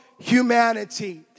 Humanity